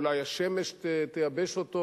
אולי השמש תייבש אותו?